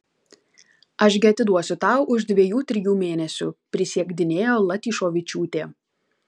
aš gi atiduosiu tau už dviejų trijų mėnesių prisiekdinėjo latyšovičiūtė